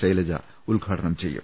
ശൈലജ ഉദ്ഘാടനം ചെയ്യും